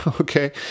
Okay